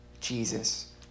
Jesus